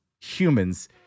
humans